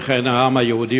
וכן העם היהודי,